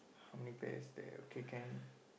how many pairs there okay can